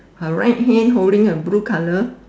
her right hand holding a blue colour